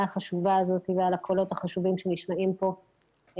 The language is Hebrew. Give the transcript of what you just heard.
החשובה הזאת ועל הקולות החשובים שנשמעים פה.